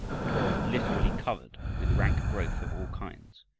it was literally covered with rank growth of all kinds,